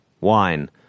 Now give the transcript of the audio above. wine